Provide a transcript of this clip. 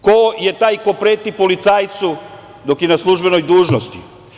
Ko je taj ko preti policajcu dok je na službenoj dužnosti?